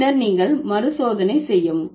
பின்னர் நீங்கள் மறுசோதனை செய்யவும்